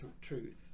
truth